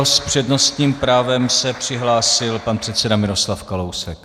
S přednostním právem s přihlásil pan předseda Miroslav Kalousek.